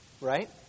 right